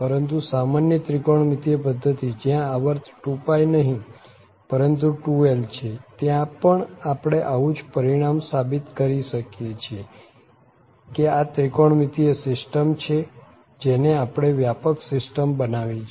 પરંતુ સામાન્ય ત્રિકોણમિતિય પધ્ધતિ જ્યાં આવર્ત 2π નહીં પરંતુ 2l છે ત્યાં પણ આપણે આવું જ પરિણામ સાબિત કરી શકીએ છીએ કે આ ત્રિકોણમિતિય સીસ્ટમ છે જેને આપણે વ્યાપક સીસ્ટમ બનાવી છે